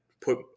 put